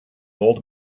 old